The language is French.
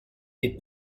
des